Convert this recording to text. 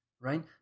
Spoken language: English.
right